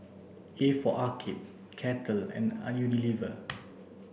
a for Arcade Kettle and Unilever